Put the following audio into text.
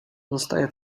zostaje